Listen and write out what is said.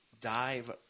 Dive